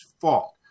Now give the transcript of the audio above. fault